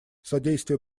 содействие